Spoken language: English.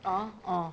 ah ah